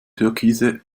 türkise